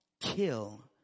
kill